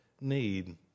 need